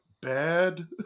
bad